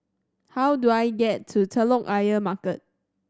how do I get to Telok Ayer Market